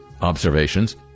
observations